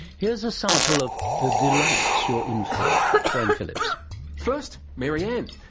here's a sample of the delights you are in for. graham phillips first, maryanne.